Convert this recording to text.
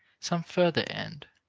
some further end.